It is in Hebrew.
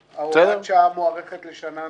הוראת השעה מוארכת לשנה נוספת,